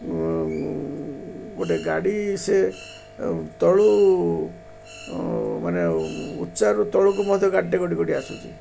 ଗୋଟେ ଗାଡ଼ି ସେ ତଳୁ ମାନେ ଉଚ୍ଚାରୁ ତଳକୁ ମଧ୍ୟ ଗାଡ଼ିଟେ ଗୋଟ ଗୋଟିେ ଆସୁଛି